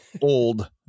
old